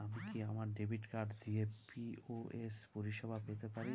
আমি কি আমার ডেবিট কার্ড দিয়ে পি.ও.এস পরিষেবা পেতে পারি?